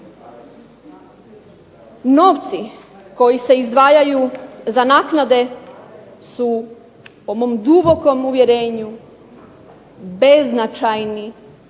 Novci koji se izdvajaju za naknade su po mom dubokom uvjerenju beznačajni